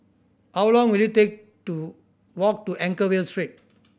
how long will it take to walk to Anchorvale Street